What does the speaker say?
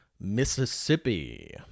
Mississippi